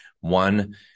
One